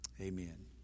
Amen